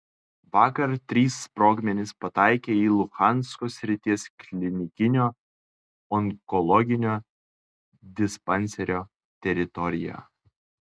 vakar trys sprogmenys pataikė į luhansko srities klinikinio onkologinio dispanserio teritoriją